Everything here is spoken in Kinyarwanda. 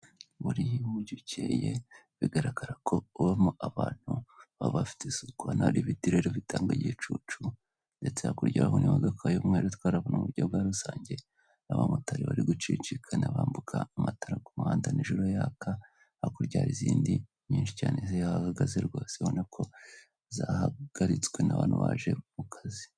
Buriya iyo umujyi ukeye bigaragara ko ubamo abantu baba bafite isuku, ubona hari ibiti rero bitanga igicucu, ndetse hakurya urabona imodoka y'umweru itwara mu buryo bwa rusange n'abamotari bari gucicikana bambuka, amatara ku muhanda nijora yaka, hakurya hari izindi nyinshi cyane zihahagaze rwose ubona ko zahagaritswe n'abantu baje mu kazi.